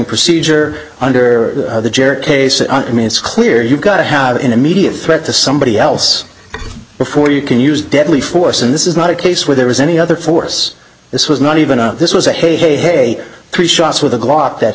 procedure under the chair case i mean it's clear you've got to have an immediate threat to somebody else before you can use deadly force and this is not a case where there is an the other force this was not even a this was a hey hey hey three shots with a glock that